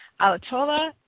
Alatola